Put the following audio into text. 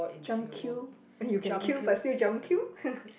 jump queue you can queue but still jump queue